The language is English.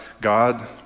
God